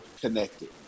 connected